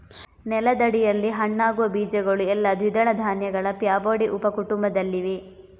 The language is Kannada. ನೆಲದಡಿಯಲ್ಲಿ ಹಣ್ಣಾಗುವ ಬೀಜಗಳು ಎಲ್ಲಾ ದ್ವಿದಳ ಧಾನ್ಯಗಳ ಫ್ಯಾಬೊಡೆ ಉಪ ಕುಟುಂಬದಲ್ಲಿವೆ